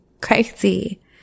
Crazy